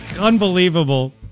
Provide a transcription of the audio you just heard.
Unbelievable